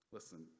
Listen